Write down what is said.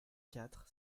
quatre